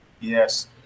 Yes